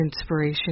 inspiration